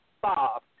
Bob